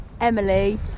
Emily